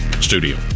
studio